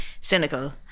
cynical